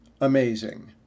amazing